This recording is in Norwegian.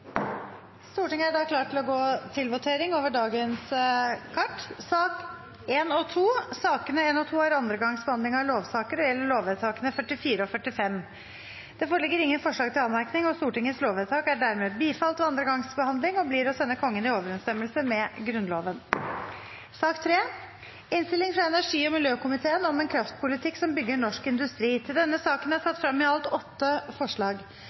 Stortinget tar nå pause, og i samsvar med den annonserte dagsordenen vil det bli votering kl. 15. Stortinget er da klar til å gå til votering. Sakene nr. 1 og 2 er andre gangs behandling av lovsaker og gjelder lovvedtakene 44 og 45. Det foreligger ingen forslag til anmerkning. Stortingets lovvedtak er dermed bifalt ved andre gangs behandling og blir å sende Kongen i overensstemmelse med Grunnloven. Under debatten er det satt frem i alt åtte forslag.